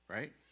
Right